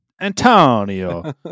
Antonio